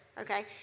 okay